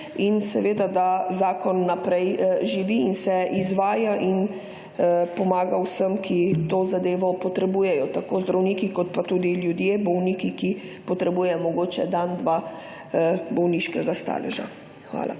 in da zakon naprej živi in se izvaja in pomaga vsem, ki to zadevo potrebujejo, tako zdravniki kot pa tudi ljudje, bolniki, ki potrebuje mogoče dan, dva bolniškega staleža. Hvala.